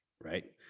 right